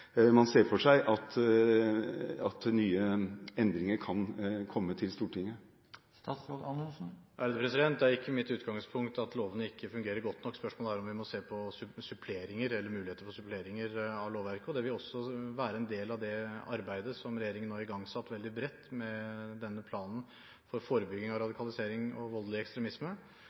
man for seg at nye endringer kan komme til Stortinget? Det er ikke mitt utgangspunkt at lovene ikke fungerer godt nok. Spørsmålet er om vi må se på muligheter for suppleringer av lovverket, og det vil også være en del av det arbeidet som regjeringen nå veldig bredt har igangsatt med denne planen for forebygging av radikalisering og voldelig ekstremisme.